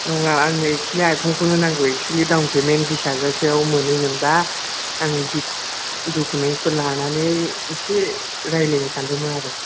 नङा आंनो एकसुलि आइफनखौनो नांगौ एकसुलि डाउन पेमेन्ट बिस हाजारसोआव मोनोमोनब्ला आं दि डकुमेन्ट्सफोर लानानै एसे राज्लायनो सान्दोंमोन आरो